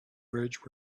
bridge